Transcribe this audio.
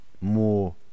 more